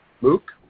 Luke